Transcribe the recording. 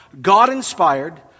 God-inspired